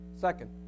Second